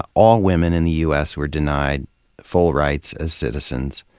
all women in the u s. were denied full rights as citizens.